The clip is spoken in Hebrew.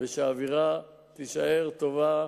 שהאווירה תישאר טובה,